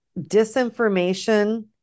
disinformation